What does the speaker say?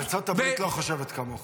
ארצות הברית לא חושבת כמוך.